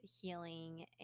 healing